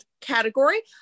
category